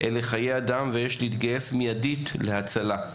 אלה חיי אדם ויש להתגייס מיידית להצלה.